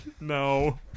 No